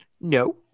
No